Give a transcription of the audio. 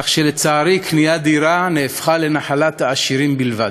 כך שלצערי קניית דירה נהפכה לנחלת העשירים בלבד.